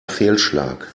fehlschlag